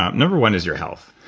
um number one is your health.